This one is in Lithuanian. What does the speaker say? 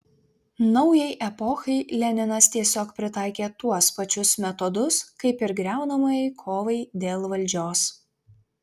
naujai epochai leninas tiesiog pritaikė tuos pačius metodus kaip ir griaunamajai kovai dėl valdžios